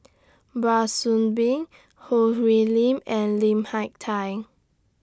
Soon Bee Choo Hwee Lim and Lim Hak Tai